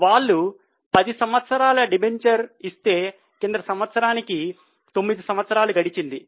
వాళ్లు 10 సంవత్సరాల డిబెంచర్ ఇస్తే కిందటి సంవత్సరానికి తొమ్మిది సంవత్సరాలు గడిచింది